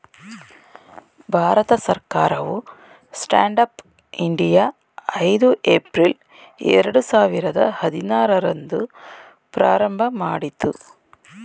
ಭಾರತ ಸರ್ಕಾರವು stand up India ಐದು April ಎರಡು ಸಾವಿರದ ಹದಿನಾರು ರಂದು ಪ್ರಾರಂಭಮಾಡಿತು